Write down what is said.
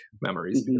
memories